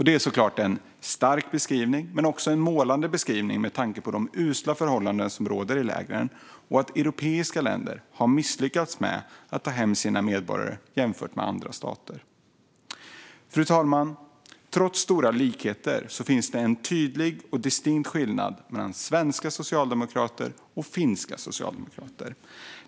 Det är så klart en stark beskrivning men också en målande beskrivning med tanke på de usla förhållanden som råder i lägren och att europeiska länder jämfört med andra stater har misslyckats med att ta hem sina medborgare. Fru talman! Trots stora likheter finns det en tydlig och distinkt skillnad mellan svenska socialdemokrater och finska socialdemokrater.